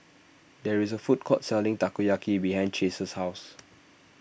there is a food court selling Takoyaki behind Chace's house